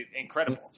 incredible